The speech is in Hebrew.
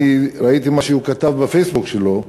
אני ראיתי מה שהוא כתב בפייסבוק שלו: